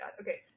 okay